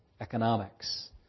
economics